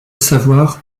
savoir